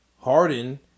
Harden